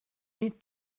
need